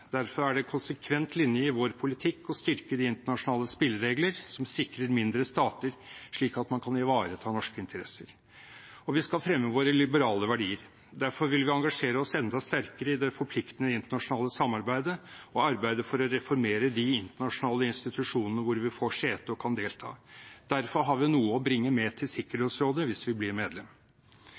Derfor er det en konsekvent linje i vår politikk å styrke de internasjonale spilleregler som sikrer mindre stater, slik at man kan ivareta norske interesser. Vi skal fremme våre liberale verdier. Derfor vil vi engasjere oss enda sterkere i det forpliktende internasjonale samarbeidet og arbeide for å reformere de internasjonale institusjonene hvor vi får sete og kan delta. Derfor har vi noe å bringe med til Sikkerhetsrådet, hvis vi blir medlem.